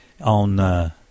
on